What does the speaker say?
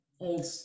old